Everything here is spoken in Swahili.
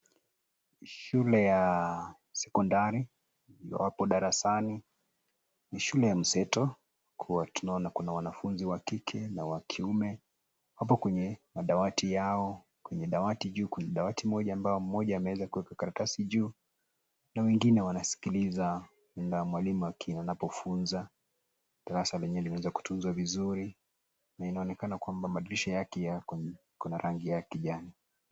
Shule ya sekondari, wapo darasani, ni shule ya mseto, kuwa tunaona kuna wanafunzi wakike na wakiume. Hapo kwenye madawati yao, kwenye dawati juu, kwenye dawati moja ambayo mmoja ameweza kuweka karatasi juu. Na wengine wanasikiliza mwalimu makini anapofunza, darasa lenye limeweza kutunzwa vizuri . Na inaonekana kwamba madirisha yake yakona rangi ya kijani.